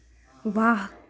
वाह